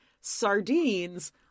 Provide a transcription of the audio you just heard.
sardines